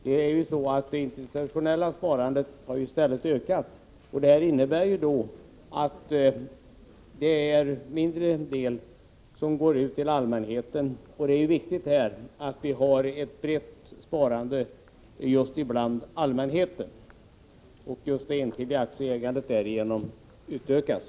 Det institutionella sparandet har i stället ökat, och det innebär att det är en mindre del som går ut till allmänheten. Det är viktigt att vi har ett brett sparande just bland allmänheten och att det enskilda aktieägandet därigenom ökas.